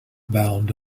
bound